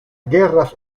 guerras